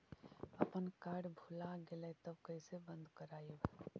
अपन कार्ड भुला गेलय तब कैसे बन्द कराइब?